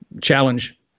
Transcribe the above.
challenge